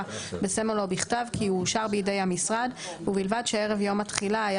בסמל או בכתב כי הוא אושר בידי המשרד ובלבד שערב יום התחילה היה